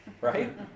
right